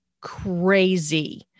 crazy